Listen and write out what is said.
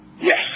Yes